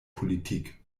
politik